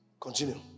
Continue